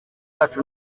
yacu